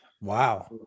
Wow